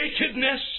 nakedness